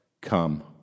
come